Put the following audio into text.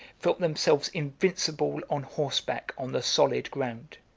felt themselves invincible on horseback on the solid ground.